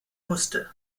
musste